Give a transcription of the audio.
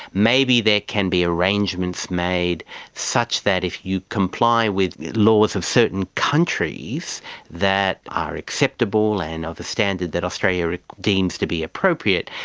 maybe there can be arrangements made such that if you comply with laws of certain countries that are acceptable and of a standard that australia deems to be appropriate,